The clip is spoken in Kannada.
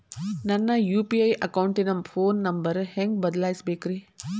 ನನ್ನ ಯು.ಪಿ.ಐ ಅಕೌಂಟಿನ ಫೋನ್ ನಂಬರ್ ಹೆಂಗ್ ಬದಲಾಯಿಸ ಬೇಕ್ರಿ?